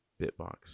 bitbox